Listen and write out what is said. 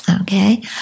Okay